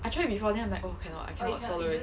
I tried before then I'm like oh cannot I cannot swallow this